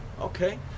okay